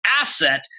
asset